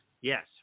yes